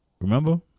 Remember